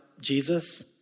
Jesus